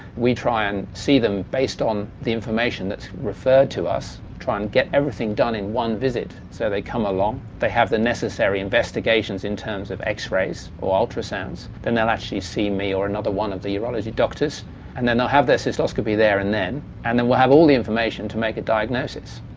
we try and see them based on the information that's referred to us and try and get everything done in one visit. so they come along, they have the necessary investigations in terms of x-rays or ultrasounds, then they'll actually see me or another one of the urology doctors and they'll have their cystoscopy there and then and then we'll have all the information to make a diagnosis.